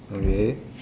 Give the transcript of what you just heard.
okay